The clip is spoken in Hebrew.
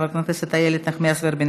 חברת הכנסת איילת נחמיאס ורבין,